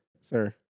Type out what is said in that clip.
sir